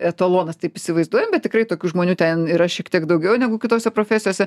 etalonas taip įsivaizduojam bet tikrai tokių žmonių ten yra šiek tiek daugiau negu kitose profesijose